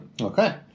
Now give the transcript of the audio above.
Okay